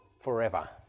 forever